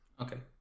Okay